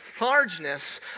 largeness